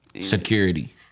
security